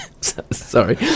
sorry